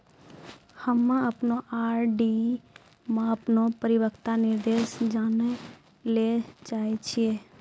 हम्मे अपनो आर.डी मे अपनो परिपक्वता निर्देश जानै ले चाहै छियै